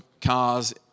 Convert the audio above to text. cars